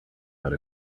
out